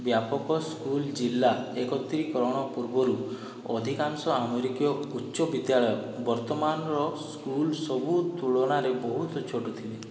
ବ୍ୟାପକ ସ୍କୁଲ୍ ଜିଲ୍ଲା ଏକତ୍ରୀକରଣ ପୂର୍ବରୁ ଅଧିକାଂଶ ଆମେରିକୀୟ ଉଚ୍ଚ ବିଦ୍ୟାଳୟ ବର୍ତ୍ତମାନର ସ୍କୁଲ୍ ସବୁ ତୁଳନାରେ ବହୁତ୍ ଛୋଟ ଥିଲା